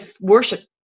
worship